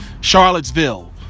Charlottesville